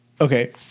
Okay